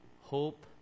hope